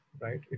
right